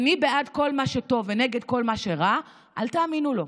אני בעד כל מה שטוב ונגד כל מה שרע, אל תאמינו לו,